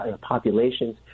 populations